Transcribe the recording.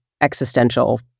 existential